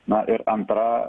na ir antra